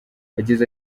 yagize